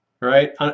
Right